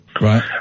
right